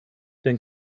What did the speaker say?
dann